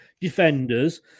defenders